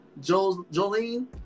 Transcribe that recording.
Jolene